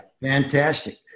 Fantastic